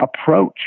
approach